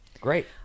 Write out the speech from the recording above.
great